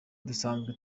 dusanzwe